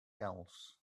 else